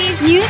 news